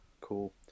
cool